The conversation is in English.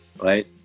right